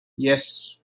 yes